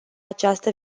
această